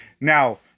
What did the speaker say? Now